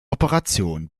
operation